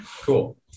Cool